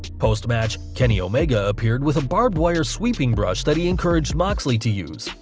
post-match, kenny omega appeared with a barbed wire sweeping brush that he encouraged moxley to use,